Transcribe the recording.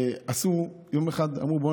יום אחד אמרו: בוא,